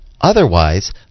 otherwise